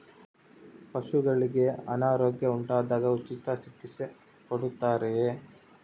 ಪಶುಗಳಿಗೆ ಅನಾರೋಗ್ಯ ಉಂಟಾದಾಗ ಉಚಿತ ಚಿಕಿತ್ಸೆ ಕೊಡುತ್ತಾರೆಯೇ?